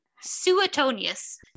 Suetonius